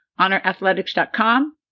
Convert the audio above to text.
honorathletics.com